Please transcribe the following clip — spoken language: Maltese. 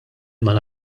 mal